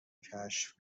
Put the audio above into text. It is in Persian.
کشف